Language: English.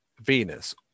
venus